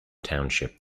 township